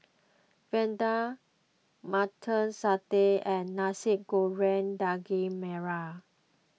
Vadai Mutton Satay and Nasi Goreng Daging Merah